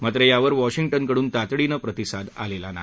मात्र यावर वॉशिंग्टनकडून तातडीनं प्रतिसाद आलली नाही